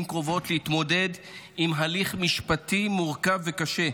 קרובות להתמודד עם הליך משפטי מורכב וקשה.